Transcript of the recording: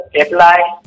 apply